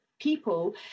people